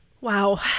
Wow